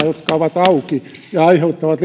jotka ovat auki ja aiheuttavat